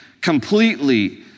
completely